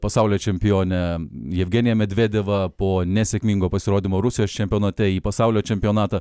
pasaulio čempionę jevgeniją medvedevą po nesėkmingo pasirodymo rusijos čempionate į pasaulio čempionatą